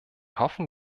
hoffen